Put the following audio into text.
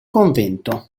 convento